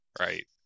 right